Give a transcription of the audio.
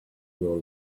grow